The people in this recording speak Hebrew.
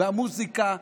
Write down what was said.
המוזיקה והאומנות.